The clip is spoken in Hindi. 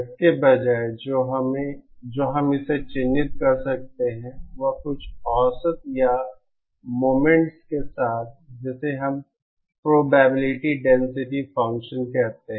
इसके बजाय जो हम इसे चिह्नित कर सकते हैं वह कुछ औसत या मोमेंट्स के साथ या जिसे हम प्रोबेबिलिटी डेंसिटी फंक्शन कहते हैं